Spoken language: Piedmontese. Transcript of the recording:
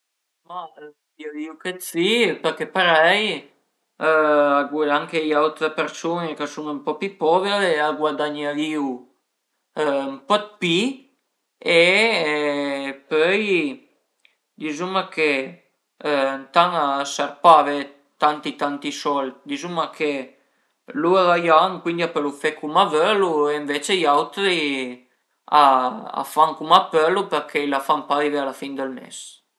Ma dirìu che d'si perché parei anche i aute persun-e ch'a sun ën po pi povere a guadagnerìu ën po dë pi e pöi dizuma che ëntan a serv pa avé tanti tanti sold, dizuma che lur a i an, cuindi a pölu fe cum a völu, ënvece i auti a fan cum a pölu perché a i la fan pa a arivé a la fin del mes